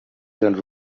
don’t